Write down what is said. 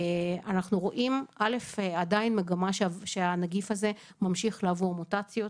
אנחנו רואים ראשית שעדיין מגמה שהנגיף הזה ממשיך לעבור מוטציות.